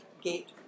gate